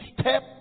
step